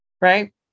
Right